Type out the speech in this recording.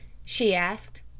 she asked.